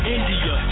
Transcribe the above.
India